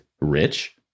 rich